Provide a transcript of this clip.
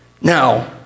Now